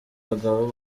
bagabo